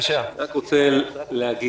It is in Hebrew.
אני רוצה לומר